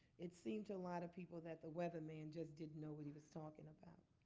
it seemed to a lot of people that the weatherman just didn't know what he was talking about.